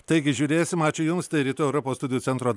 taigi žiūrėsim ačiū jums tai rytų europos studijų centro